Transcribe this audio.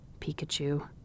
Pikachu